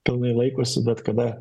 pilnai laikosi bet kada